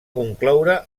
concloure